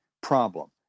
problem